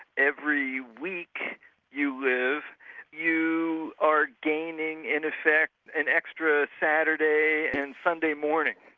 every week you live you are gaining in effect, an extra saturday and sunday morning,